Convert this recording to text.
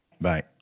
Bye